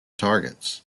targets